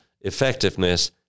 effectiveness